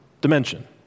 dimension